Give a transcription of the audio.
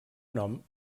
nom